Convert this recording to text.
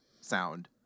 sound